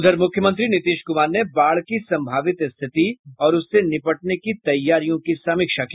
उधर मुख्यमंत्री नीतीश कुमार ने बाढ़ की संभावित स्थिति और उससे निपटने की तैयारियों की समीक्षा की